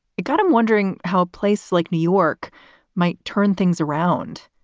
it got him wondering how a place like new york might turn things around.